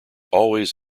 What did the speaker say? always